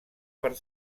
per